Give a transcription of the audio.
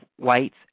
whites